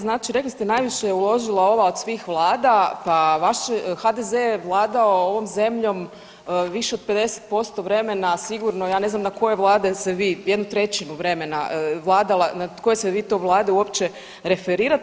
Znači rekli ste najviše je uložila ova od svih vlada, pa vaš HDZ je vladao ovom zemljom više od 50% vremena sigurno, ja ne znam na koje vlade se vi, 1/3 vremena vladala, na koje se vi to vlade uopće referirate.